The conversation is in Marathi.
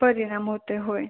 परिणाम होतो आहे होय